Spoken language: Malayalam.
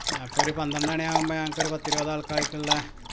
അപ്പോൾ ഒരു പന്ത്രണ്ടു മണിയാവുമ്പോൾ ഞങ്ങൾക്ക് ഒരു പത്തിരുപത് ആള്ക്കാർക്കുള്ള